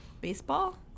Baseball